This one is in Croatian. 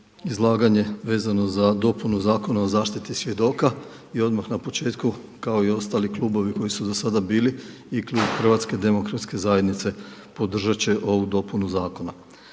izlaganje vezano za dopunu Zakona o zaštiti svjedoka i odmah na početku kao i ostali klubovi koji su do sada bili i klub Hrvatske demokratske zajednice podržat će ovu dopunu zakona.